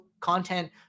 content